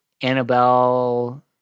Annabelle